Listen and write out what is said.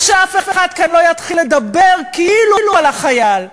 ושאף אחד כאן לא יתחיל לדבר כאילו על החייל,